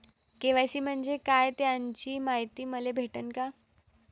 KYC म्हंजे काय त्याची मायती मले भेटन का?